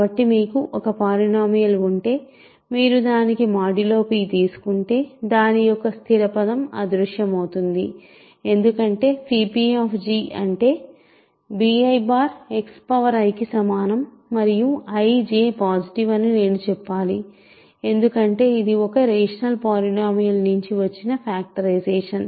కాబట్టి మీకు ఒక పాలినోమియల్ ఉంటే మీరు దానికి మాడ్యులో p తీసుకుంటే దాని యొక్క స్థిర పదము అదృశ్యమవుతుంది ఎందుకంటే pఅంటే bixi కి సమానం మరియు ij పాజిటివ్ అని నేను చెప్పాలి ఎందుకంటే ఇది ఒక రేషనల్ పాలినోమియల్ నుంచి వచ్చిన ఫ్యాక్టరైజేషన్